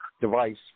device